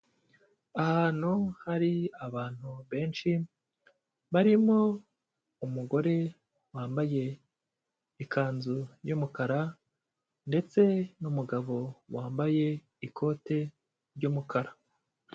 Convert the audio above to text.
Ahantu hari abantu benshi, barimo umugore wambaye ikanzu y'umukara ndetse n'umugabo wambaye ikote ry'umukara.